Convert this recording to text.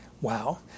Wow